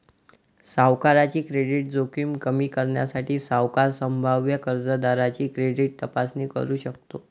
सावकाराची क्रेडिट जोखीम कमी करण्यासाठी, सावकार संभाव्य कर्जदाराची क्रेडिट तपासणी करू शकतो